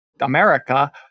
America